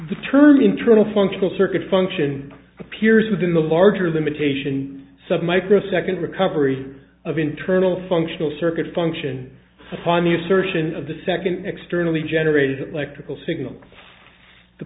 the term internal functional circuit function appears within the larger limitation sub microsecond recovery of internal functional circuits function upon the assertion of the second externally generated electrical signals the